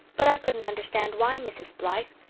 but i couldn't understand why, mrs. blythe.